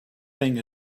thing